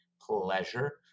pleasure